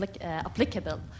applicable